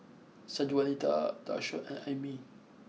Sanjuanita Dashawn and Aimee